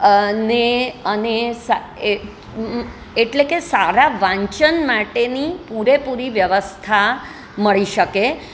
અને અને સા એ એટલે કે સારા વાંચન માટેની પૂરેપૂરી વ્યવસ્થા મળી શકે